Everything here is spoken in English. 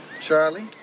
Charlie